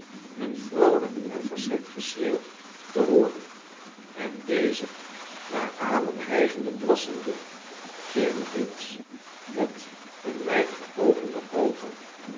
hun vroolijk en verschrikt gescheeuw te hooren en deze naar adem hijgende plassende cherubims met hun wijd geopende oogen